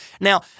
Now